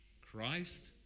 Christ